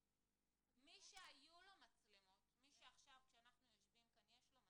מי שהיו לו מצלמות, מי שעכשיו יש לו מצלמות,